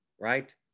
right